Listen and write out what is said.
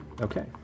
Okay